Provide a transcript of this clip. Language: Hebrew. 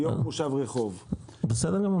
בסדר גמור,